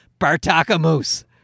Bartakamoose